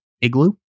igloo